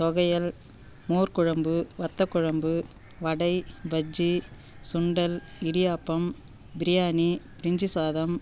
தொவையல் மோர் குழம்பு வத்தல் குழம்பு வடை பஜ்ஜி சுண்டல் இடியாப்பம் பிரியாணி பிரிஞ்சு சாதம்